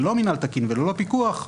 ללא מינהל תקין וללא פיקוח,